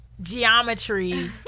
geometry